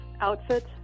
Outfit